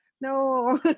No